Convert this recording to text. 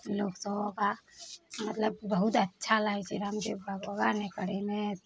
लोग सब योगा मतलब बहुत अच्छा लागै छै रामदेब बाबा योगा नहि करैमे